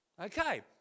Okay